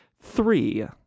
three